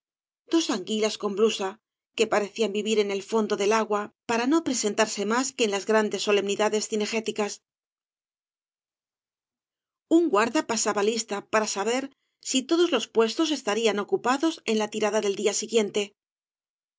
anguilas con blusa que parecían vivir en el fondo del agua para no presentarse mas que en las grandes solemnidades cinegéticas gañas y barro un guarda pasaba libta para saber sí todos los puestos estarían ocupados en la tirada del día siguiente